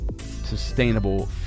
sustainable